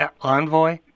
Envoy